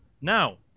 now